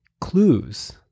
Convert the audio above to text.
clues